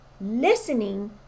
listening